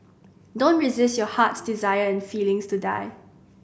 don't resist your heart's desire and feelings to die